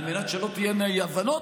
על מנת שלא תהיינה אי-הבנות,